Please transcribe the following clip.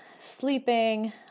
sleeping